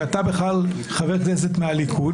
שאתה בכלל חבר כנסת מהליכוד,